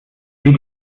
wie